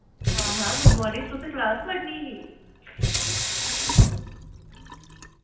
हां हां good morning तुसें क्लास पढ़नी ही